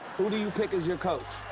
who do you pick as your coach?